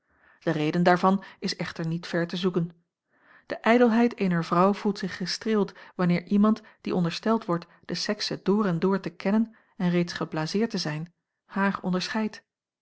de reden daarvan is echter niet ver te zoeken de ijdelheid eener vrouw voelt zich gestreeld wanneer iemand die ondersteld wordt de sekse door en door te kennen en reeds geblazeerd te zijn haar onderscheidt